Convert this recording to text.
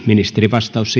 ministerin vastaus